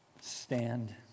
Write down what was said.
stand